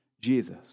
jesus